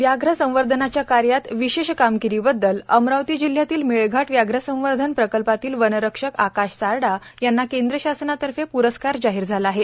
व्याघ्रसंवर्धनाच्या कार्यात विशेष कामगिरीबददल अमरावती जिल्ह्यातील मेळघाट व्याघ्र संवर्धन प्रकल्पातील वनरक्षक आकाश सारडा यांना केंद्र शासनातर्फे प्रस्कार जाहीर झाला आहे